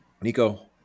Nico